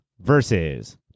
versus